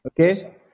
Okay